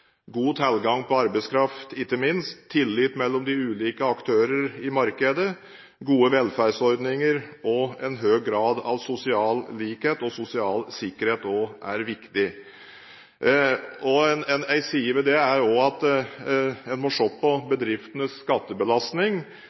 god tilgang på arbeidskraft og ikke minst tillit mellom de ulike aktører i markedet. Gode velferdsordninger og en høy grad av sosial likhet og sosial sikkerhet er også viktig. Én side ved det er at en også må se på bedriftenes skattebelastning